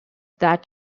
that